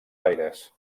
aires